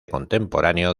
contemporáneo